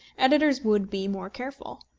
editors would be more careful.